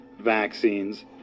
vaccines